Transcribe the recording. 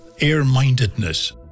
air-mindedness